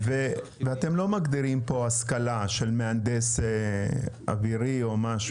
ואתם לא מגדירים פה השכלה של מהנדס אווירי או משהו?